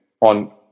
on